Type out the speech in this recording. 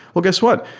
well, guess what?